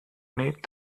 need